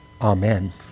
amen